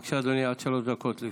בבקשה, אדוני, עד שלוש דקות לרשותך.